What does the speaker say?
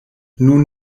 nun